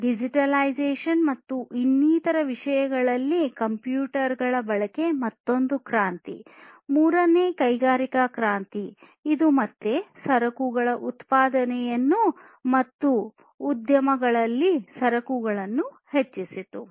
ಡಿಜಿಟಲೀಕರಣ ಮತ್ತು ಇನ್ನಿತರ ವಿಷಯಗಳಲ್ಲಿ ಕಂಪ್ಯೂಟರ್ ಗಳ ಬಳಕೆ ಮತ್ತೊಂದು ಕ್ರಾಂತಿ ಮೂರನೇ ಕೈಗಾರಿಕಾ ಕ್ರಾಂತಿ ಇದು ಮತ್ತೆ ಸರಕುಗಳ ಉತ್ಪಾದನೆಯನ್ನು ಮತ್ತು ಉದ್ಯಮದಲ್ಲಿನ ಸರಕುಗಳುನ್ನು ಹೆಚ್ಚಿಸಿತು